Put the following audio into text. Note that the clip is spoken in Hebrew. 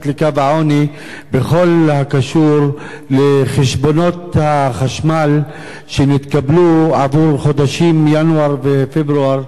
לקו העוני בכל הקשור לחשבונות החשמל שנתקבלו עבור חודשים ינואר ופברואר.